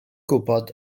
gwybod